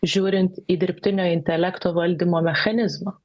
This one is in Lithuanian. žiūrint į dirbtinio intelekto valdymo mechanizmą